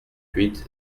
huit